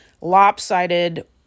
lopsided